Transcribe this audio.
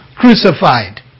crucified